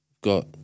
Got